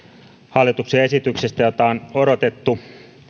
hallituksen esityksestä jota on odotettu